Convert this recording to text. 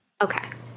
Okay